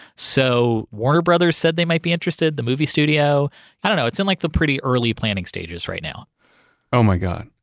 so warner brothers said they might be interested the movie studio i don't know. it's in like the pretty early planning stages right now oh my god.